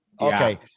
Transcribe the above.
Okay